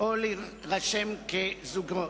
או להירשם כזוגות.